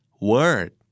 word